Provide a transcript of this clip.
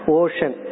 ocean